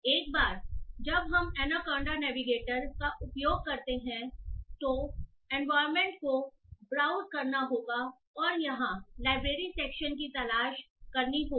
एक बार जब हम एनाकोंडा नेविगेटर का उपयोग करते हैं तो एनवायरनमेंट को ब्राउज़ करना होगा और यहां लाइब्रेरी सेक्शन की तलाश करनी होगी